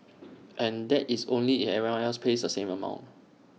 and that is only if everyone else pays the same amount